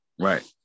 Right